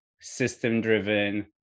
system-driven